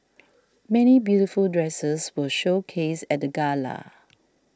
many beautiful dresses were showcased at the gala